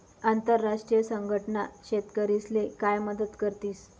आंतरराष्ट्रीय संघटना शेतकरीस्ले काय मदत करतीस?